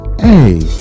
hey